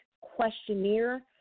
questionnaire